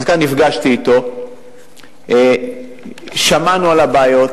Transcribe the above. אז נפגשתי אתו ושמענו על הבעיות.